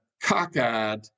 cockeyed